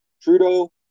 Trudeau